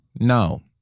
No